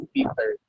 Peter